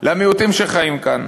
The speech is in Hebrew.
למיעוטים שחיים כאן.